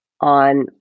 on